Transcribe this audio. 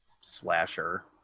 slasher